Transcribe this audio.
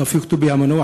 תופיק טובי המנוח,